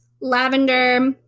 lavender